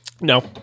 No